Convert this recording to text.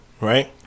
Right